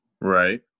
Right